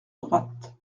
droite